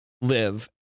live